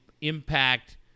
impact